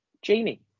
Jamie